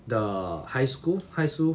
the high school high school